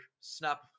snap